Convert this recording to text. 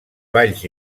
valls